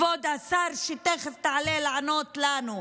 כבוד השר, שתכף תעלה לענות לנו.